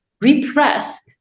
repressed